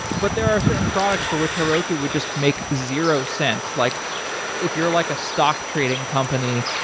but there are certain products for which heroku would just make zero-sense. like if you're like a stock trading company,